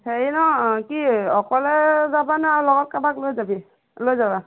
হেৰি নহয় কি অকলে যাবা নে আৰু লগত কাৰোবাক লৈ যাবি লৈ যাবা